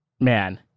Man